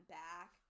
back